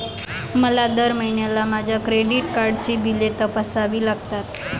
मला दर महिन्याला माझ्या क्रेडिट कार्डची बिले तपासावी लागतात